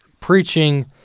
preaching